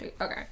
Okay